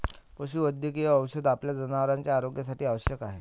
पशुवैद्यकीय औषध आपल्या जनावरांच्या आरोग्यासाठी आवश्यक आहे